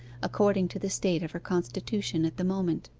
according to the state of her constitution at the moment.